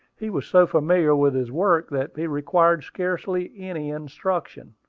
he was so familiar with his work, that he required scarcely any instruction.